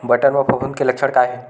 बटर म फफूंद के लक्षण का हे?